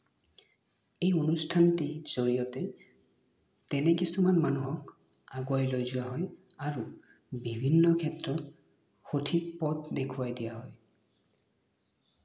এই অনুষ্ঠানটিৰ জড়িয়তে তেনে কিছুমান মানুহক আগুৱাই লৈ যোৱা হয় আৰু বিভিন্ন ক্ষেত্ৰত সঠিক পথ দেখুৱাই দিয়া হয়